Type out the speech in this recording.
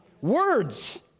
Words